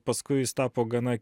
paskui jis tapo gana